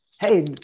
hey